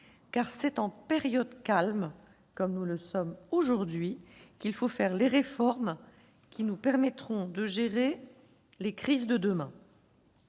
car c'est en période calme, comme nous en traversons une aujourd'hui, qu'il faut mener les réformes qui nous permettront de gérer les crises de demain.